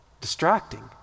distracting